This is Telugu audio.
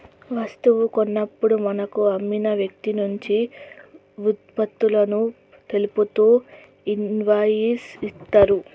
వస్తువు కొన్నప్పుడు మనకు అమ్మిన వ్యక్తినుంచి వుత్పత్తులను తెలుపుతూ ఇన్వాయిస్ ఇత్తరు